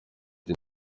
the